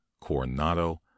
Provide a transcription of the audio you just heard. coronado